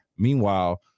Meanwhile